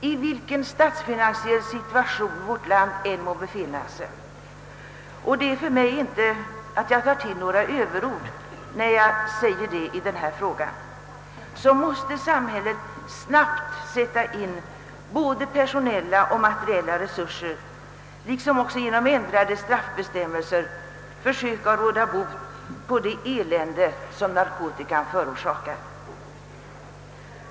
I vilken statsfinansiell situation vårt land än må befinna sig — och jag tar inte till några överord när jag säger detta — måste samhället snabbt sätta in både personella och materiella resurser och även genom ändrade straffbestämmelser försöka råda bot på det elände som narkotikan förorsakar.